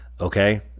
Okay